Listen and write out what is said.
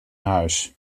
huis